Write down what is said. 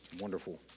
wonderful